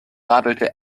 radelte